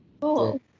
Cool